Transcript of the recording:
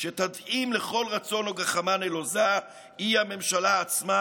שתתאים לכל רצון או גחמה נלוזה היא הממשלה עצמה,